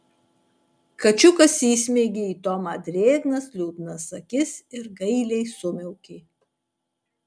kačiukas įsmeigė į tomą drėgnas liūdnas akis ir gailiai sumiaukė